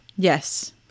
Yes